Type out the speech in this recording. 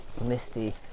misty